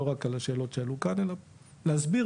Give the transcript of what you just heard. לא רק על השאלות שעלו כאן אלא להסביר